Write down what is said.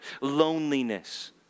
loneliness